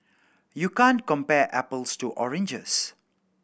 you can't compare apples to oranges